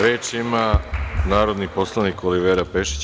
Reč ima narodni poslanik Olivera Pešić.